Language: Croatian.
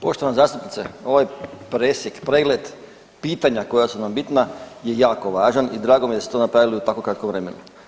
Poštovana zastupnice ovaj presjek, pregled pitanja koja su nam bitna je jako važan i drago mi je da ste to napravili u tako kratkom vremenu.